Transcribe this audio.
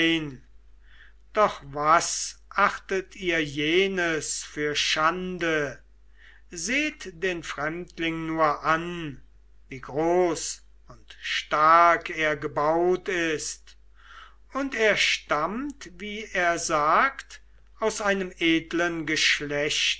doch was achtet ihr jenes für schande seht den fremdling nur an wie groß und stark er gebaut ist und er stammt wie er sagt aus einem edlen geschlechte